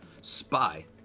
spy